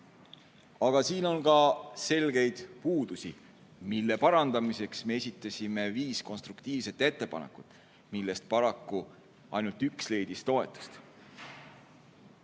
Aga siin on ka selgeid puudusi, mille parandamiseks me esitasime viis konstruktiivset ettepanekut, millest paraku ainult üks leidis toetust.